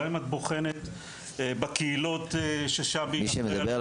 גם את בוחנת בקהילות ששבי --- מי שמדבר,